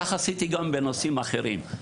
כך עשיתי גם בנושאים אחרים,